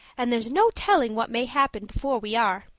and there's no telling what may happen before we are.